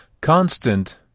Constant